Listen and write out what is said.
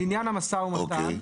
לעניין המשא ומתן,